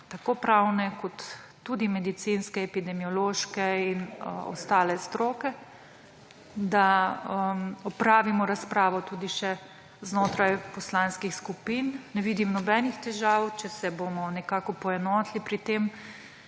tako pravne kot tudi medicinske, epidemiološke in ostale stroke, da opravimo razpravo tudi še znotraj poslanskih skupin. Ne vidim nobenih težav, če se bomo nekako poenotili pri tem,